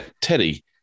Teddy